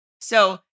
So-